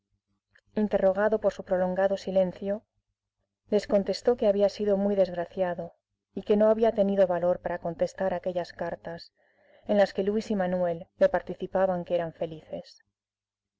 interrogado por su prolongado silencio les contestó que había sido muy desgraciado y que no había tenido valor para contestar a aquellas cartas en las que luis y manuel le participaban que eran felices el